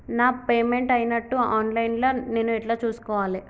నా పేమెంట్ అయినట్టు online లా నేను ఎట్ల చూస్కోవాలే?